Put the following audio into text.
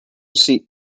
seat